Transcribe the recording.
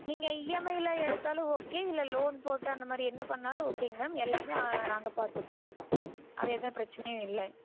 நீங்கள் இஎம்ஐயில் எடுத்தாலும் ஓகே இல்லை லோன் போட்டு அந்த மாதிரி என்ன பண்ணாலும் ஓகேங்க மேம் எல்லாமே நாங்கள் பார்த்துப்போம் அது எந்த பிரச்சினையும் இல்லை